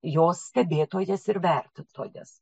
jos stebėtojas ir vertontojas